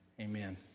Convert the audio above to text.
Amen